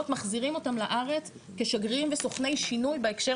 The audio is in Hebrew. מחזירים אותם לארץ כשגרירים וסוכני שינוי בהקשר